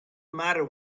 matter